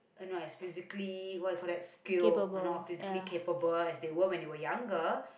uh not as physically what you call that skilled or not as physically capable as they were when they were younger